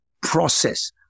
process